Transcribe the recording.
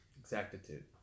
Exactitude